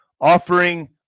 offering